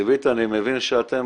תקציבית אני מבין שאתם